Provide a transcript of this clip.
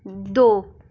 ਦੋ